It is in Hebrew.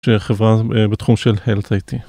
שחברה בתחום של הלת׳ הייתי.